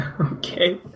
Okay